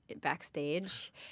Backstage